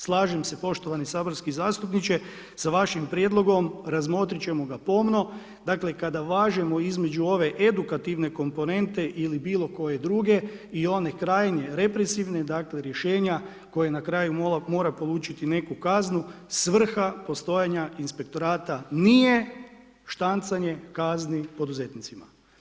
Slažem se poštovani saborski zastupniče sa vašim prijedlogom, razmotrit ćemo ga pomno, dakle kada važemo između ove edukativne komponente ili bilo koje druge i one krajnje, represivne, dakle rješenje koje na kraju mora polučiti neku kaznu, svrha postojanja inspektorata nije štancanje kazni poduzetnicima.